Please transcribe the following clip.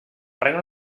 regne